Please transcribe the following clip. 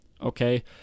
okay